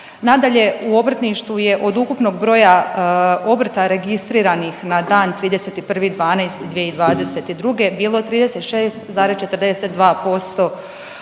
Nadalje, u obrtništvu je od ukupnog broja obrta registriranih na dan 31.12.2022. bilo 36,42%,